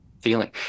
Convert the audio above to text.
feeling